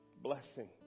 blessing